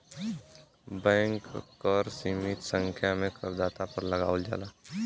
bank कर सीमित संख्या में करदाता पर लगावल जाला